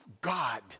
God